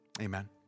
Amen